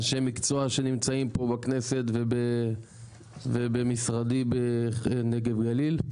אנשי מקצוע שנמצאים פה בכנסת ובמשרדי בנגב גליל.